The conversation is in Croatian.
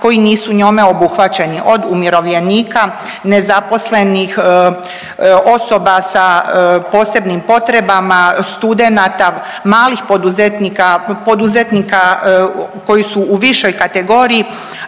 koji nisu njome obuhvaćeni od umirovljenika, nezaposlenih, osoba sa posebnim potrebama, studenata, malih poduzetnika, poduzetnika koji su u višoj kategoriji